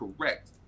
correct